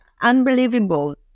unbelievable